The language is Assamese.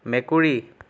মেকুৰী